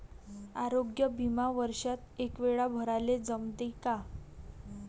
आरोग्य बिमा वर्षात एकवेळा भराले जमते का?